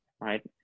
right